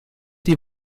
die